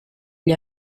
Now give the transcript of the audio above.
gli